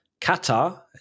Qatar